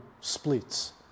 splits